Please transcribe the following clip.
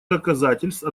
доказательств